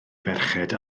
ferched